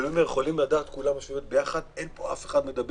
אבל כולם יכולים לשבת יחד ולדעת שאין אף אחד מדבק,